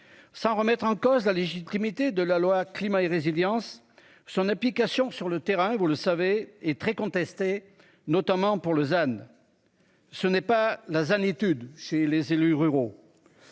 sans remettre en cause la légitimité de la loi climat et résilience son application sur le terrain, vous le savez, est très contesté notamment pour Lausanne. Ce n'est pas dans un étude chez les élus ruraux.